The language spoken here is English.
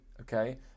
okay